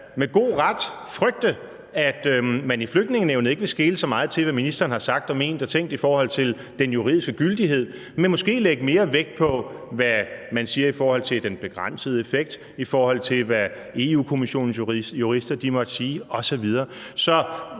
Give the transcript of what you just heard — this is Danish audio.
med god ret frygte, at man i Flygtningenævnet ikke vil skele så meget til, hvad ministeren har sagt og ment og tænkt i forhold til den juridiske gyldighed, men måske lægge mere vægt på, hvad man siger i forhold til den begrænsede effekt, i forhold til, hvad Europa-Kommissionens jurister måtte sige osv.